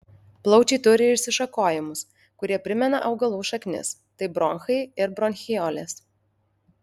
plaučiai turi išsišakojimus kurie primena augalų šaknis tai bronchai ir bronchiolės